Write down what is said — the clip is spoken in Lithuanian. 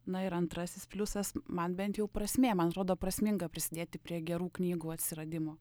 na ir antrasis pliusas man bent jau prasmė man atrodo prasminga prisidėti prie gerų knygų atsiradimo